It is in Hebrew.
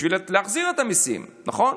בשביל להחזיר את המיסים, נכון?